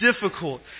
difficult